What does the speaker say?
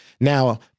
Now